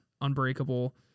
Unbreakable